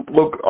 Look